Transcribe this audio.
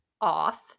off